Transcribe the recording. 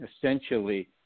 essentially